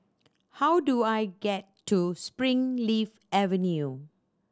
how do I get to Springleaf Avenue